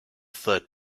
third